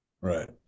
Right